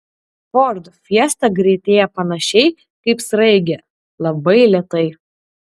ford fiesta greitėja panašiai kaip sraigė labai lėtai